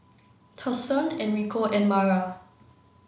Thurston Enrico and Mara